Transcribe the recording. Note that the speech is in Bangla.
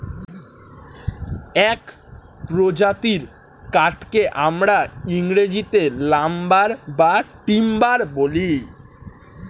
এক প্রজাতির কাঠকে আমরা ইংরেজিতে লাম্বার বা টিম্বার বলি